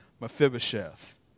Mephibosheth